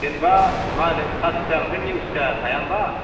जेनेबा मा होनो खासिया आमफ्राय नेवसिया थाया होम्बा